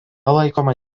laikoma